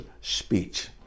speech